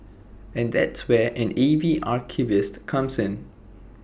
and that's where an A V archivist comes in